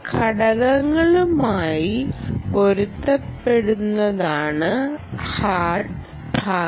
ഘടകങ്ങളുമായി പൊരുത്തപ്പെടുന്നതാണ് ഹാർഡ് ഭാഗം